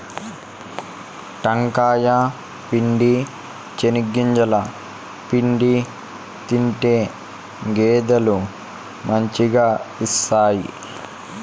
టెంకాయ పిండి, చెనిగింజల పిండి తింటే గేదెలు మంచిగా ఇస్తాయి